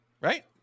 right